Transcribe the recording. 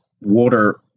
water